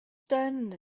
stone